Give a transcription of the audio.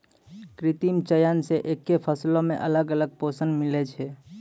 कृत्रिम चयन से एक्के फसलो मे अलग अलग पोषण मिलै छै